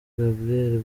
gabriel